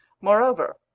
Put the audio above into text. Moreover